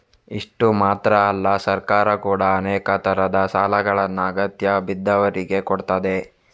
ಇಷ್ಟು ಮಾತ್ರ ಅಲ್ಲ ಸರ್ಕಾರ ಕೂಡಾ ಅನೇಕ ತರದ ಸಾಲಗಳನ್ನ ಅಗತ್ಯ ಬಿದ್ದವ್ರಿಗೆ ಕೊಡ್ತದೆ